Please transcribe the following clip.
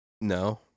No